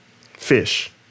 fish